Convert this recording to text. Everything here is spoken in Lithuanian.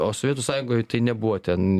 o sovietų sąjungoje tai nebuvo ten